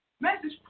Message